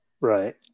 right